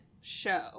show